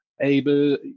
able